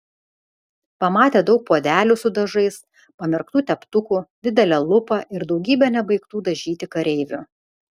pamatė daug puodelių su dažais pamerktų teptukų didelę lupą ir daugybę nebaigtų dažyti kareivių